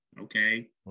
Okay